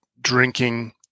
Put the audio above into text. drinking